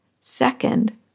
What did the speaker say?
Second